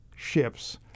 ships